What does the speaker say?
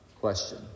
question